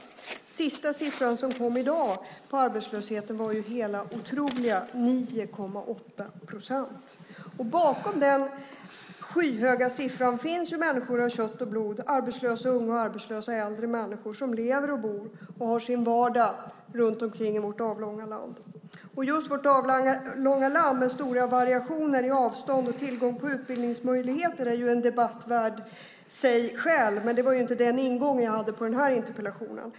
Den senaste siffran, som kom i dag, på arbetslösheten är helt otroliga 9,8 procent. Bakom den skyhöga siffran finns människor av kött och blod, arbetslösa unga och arbetslösa äldre människor som lever, bor och har sin vardag runt omkring i vårt avlånga land. Just vårt avlånga land med stora variationer i avstånd och tillgång till utbildningsmöjligheter är värt en egen debatt, men det var inte den ingång jag hade på interpellationen.